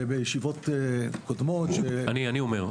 דיבורים בישיבות קודמות ש --- אני, אני אומר.